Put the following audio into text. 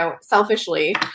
selfishly